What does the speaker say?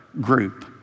group